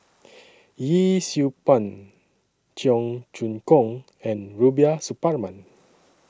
Yee Siew Pun Cheong Choong Kong and Rubiah Suparman